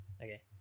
Okay